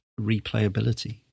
replayability